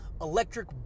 electric